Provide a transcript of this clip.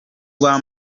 rwa